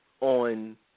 on